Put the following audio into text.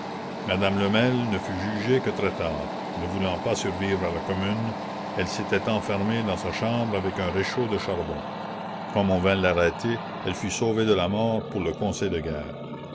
madame lemel ne fut jugée que très tard ne voulant pas survivre à la commune elle s'était enfermée dans sa chambre avec un réchaud de charbon comme on vint l'arrêter elle fut sauvée de la mort pour le conseil de guerre